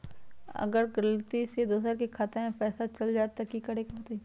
अगर गलती से दोसर के खाता में पैसा चल जताय त की करे के होतय?